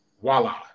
voila